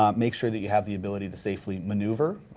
um make sure that you have the ability to safely maneuver,